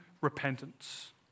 repentance